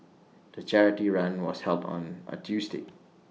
the charity run was held on A Tuesday